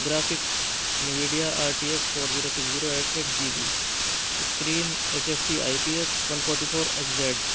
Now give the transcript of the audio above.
graphics Nvidia R T S four zero six zero eight eight G B screen H F T I P S one forty four H Z